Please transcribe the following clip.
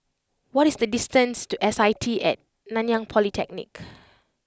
what is the distance to S I T at Nanyang Polytechnic